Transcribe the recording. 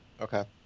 Okay